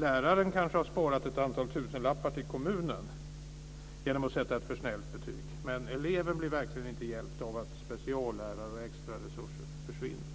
Läraren kanske har sparat ett antal tusenlappar till kommunen genom att sätta ett för snällt betyg, men eleven blir verkligen inte hjälpt av att speciallärare och extraresurser försvinner.